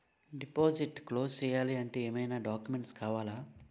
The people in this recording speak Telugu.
డిపాజిట్ క్లోజ్ చేయాలి అంటే ఏమైనా డాక్యుమెంట్స్ కావాలా?